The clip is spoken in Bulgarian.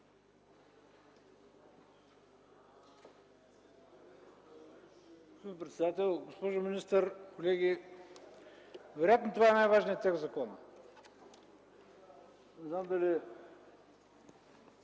Господин председател, госпожо министър, колеги! Вероятно това е най-важният текст в закона. Не знам дали